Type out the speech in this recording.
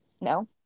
no